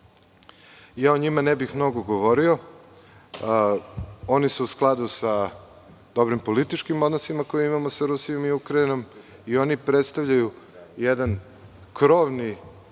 O njima ne bih mnogo govorio. Oni su u skladu sa dobrim političkim odnosima koje imamo sa Rusijom i Ukrajinom i oni predstavljaju jedan krovni